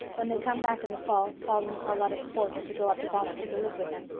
when they come back in the fall paul and charlotta the fourth are to go up to boston to live with them.